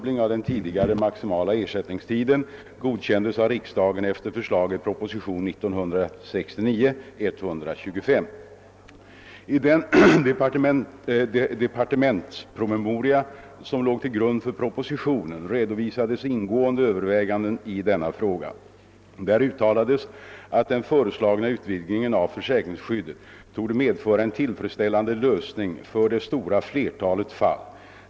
I den departementspromemoria som låg till grund för propositionen redovisades ingående överväganden i denna fråga. Där uttalades att den föreslagna utvidgningen av försäkringsskyddet torde medföra en tillfredsställande lösning för det stora flertalet fall.